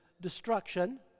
destruction